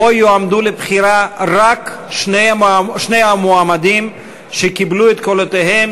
ובו יועמדו לבחירה רק שני המועמדים שקיבלו את קולותיהם